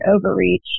overreach